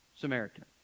Samaritan